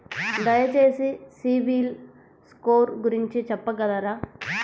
దయచేసి సిబిల్ స్కోర్ గురించి చెప్పగలరా?